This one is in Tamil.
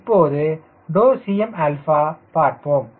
இப்போது 𝐶m பார்ப்போம்